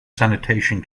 sanitation